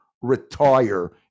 retire